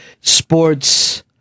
sports